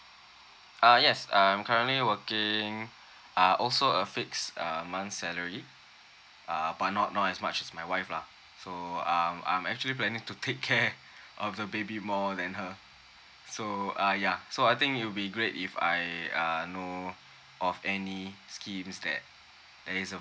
ah yes I'm currently working uh also a fixed uh month salary uh but not not as much as my wife lah so I'm I'm actually planning to take care of the baby more than her so ah ya so I think it will be great if I err know of any scheme that that is